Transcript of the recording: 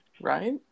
Right